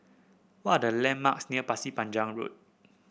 what are the landmarks near Pasir Panjang Road